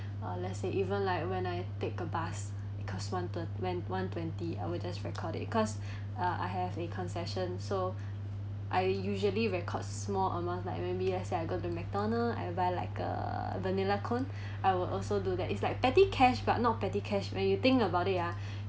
uh let's say even like when I take the bus cost one thirt~ one one twenty I will just record it because uh I have a concession so I usually record small amount like maybe let's say I go to McDonald I buy like a vanilla cone I would also do that it's like petty cash but not petty cash when you think about it ah